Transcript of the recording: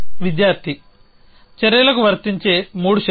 విద్యార్థి చర్యలకువర్తించే3 షరతులు